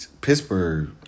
Pittsburgh